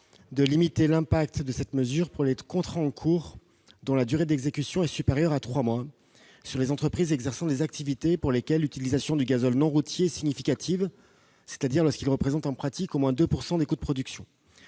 de limiter l'impact de cette mesure pour les contrats en cours dont la durée d'exécution est supérieure à trois mois, dès lors que les entreprises concernées exercent des activités pour lesquelles l'utilisation du gazole non routier est significative, c'est-à-dire lorsqu'il représente en pratique au moins 2 % des coûts de production.